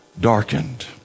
darkened